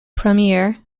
premier